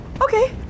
Okay